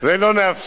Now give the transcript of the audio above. את זה לא נאפשר,